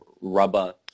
rubber